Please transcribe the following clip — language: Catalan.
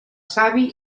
savi